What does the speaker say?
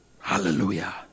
Hallelujah